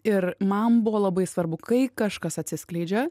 ir man buvo labai svarbu kai kažkas atsiskleidžia